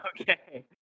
Okay